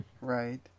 right